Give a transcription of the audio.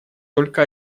только